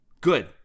Good